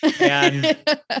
And-